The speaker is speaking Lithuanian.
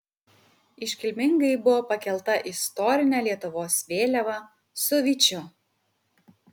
iškilmingai buvo pakelta istorinė lietuvos vėliava su vyčiu